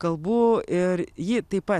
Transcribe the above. kalbų ir ji taip pat